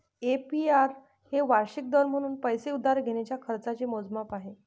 APR हे वार्षिक दर म्हणून पैसे उधार घेण्याच्या खर्चाचे मोजमाप आहे